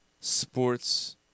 sports